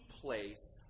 place